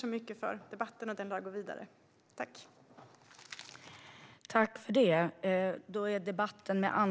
Jag tackar för debatten, som lär fortsätta.